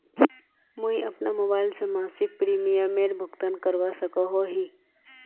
मुई अपना मोबाईल से मासिक प्रीमियमेर भुगतान करवा सकोहो ही?